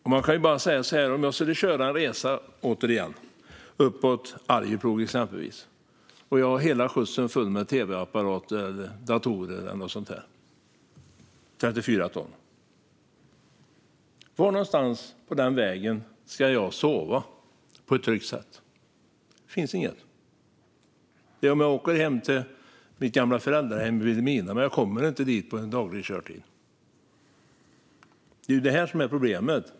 Om jag skulle köra en resa upp mot exempelvis Arjeplog och hela skjutsen är full med tv-apparater, datorer eller något sådant - 34 ton - var någonstans på den vägen ska jag sova på ett tryggt sätt? Det finns ingen sådan plats. Det är kanske om jag skulle åka hem till mitt gamla föräldrahem i Vilhelmina, men jag kommer inte dit på en dags körtid. Det är det här som är problemet.